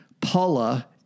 paula